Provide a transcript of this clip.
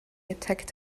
attacked